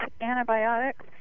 antibiotics